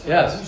Yes